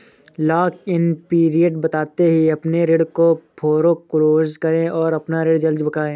lock in period बीतते ही अपने ऋण को फोरेक्लोज करे और अपना ऋण जल्द चुकाए